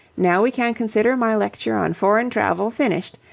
now we can consider my lecture on foreign travel finished,